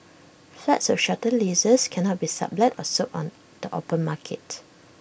flats with shorter leases cannot be sublet or sold on the open market